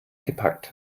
gepackt